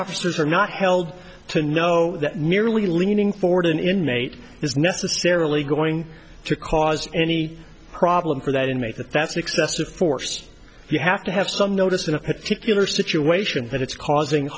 officers are not held to know that merely leaning forward an inmate is necessarily going to cause any problem for that inmate that that's excessive force you have to have some notice in a particular situation that it's causing